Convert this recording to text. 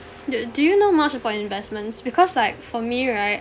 do do you know much about investments because like for me right